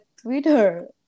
Twitter